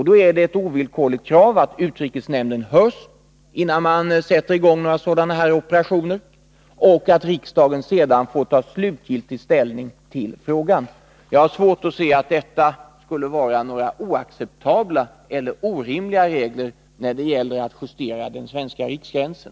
Då är det ett ovillkorligt krav att utrikesnämnden hörs innan man sätter i gång med några operationer och att riksdagen får ta slutgiltig ställning till frågan. Jag har svårt att se att detta skulle vara några oacceptabla eller orimliga regler när det gäller att justera den svenska riksgränsen.